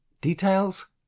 Details